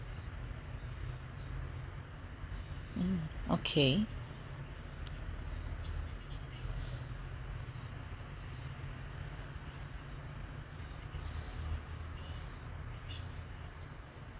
mm okay